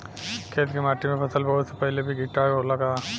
खेत के माटी मे फसल बोवे से पहिले भी किटाणु होला का?